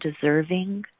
deserving